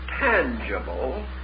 tangible